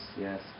yes